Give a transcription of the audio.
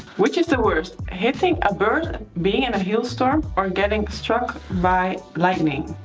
which is the worst hitting a bird, being in a hail storm, or getting struck by lightning?